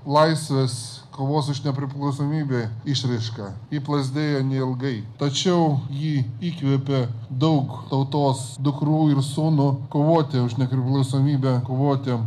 laisvės kovos už nepriklausomybę išraiška ji plazdėjo neilgai tačiau ji įkvėpė daug tautos dukrų ir sūnų kovoti už nepriklausomybę kovoti